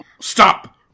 Stop